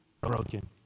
broken